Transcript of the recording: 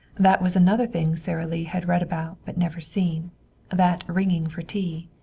that was another thing sara lee had read about but never seen that ringing for tea.